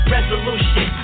Resolution